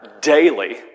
daily